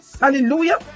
Hallelujah